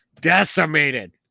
Decimated